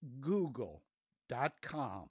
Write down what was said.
Google.com